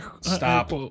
Stop